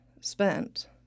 spent